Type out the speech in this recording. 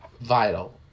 Vital